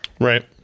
Right